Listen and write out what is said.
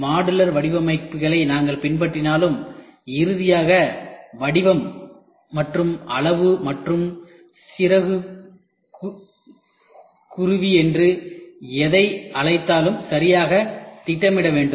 modular வடிவமைப்புகளை நாங்கள் பின்பற்றினாலும் ஆனால் இறுதியாக வடிவம் மற்றும் அளவு மற்றும் சிறு குறு என்று எதை செய்தாலும் சரியாக திட்டமிட வேண்டும்